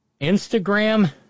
Instagram